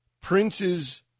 Prince's